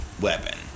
weapon